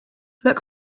look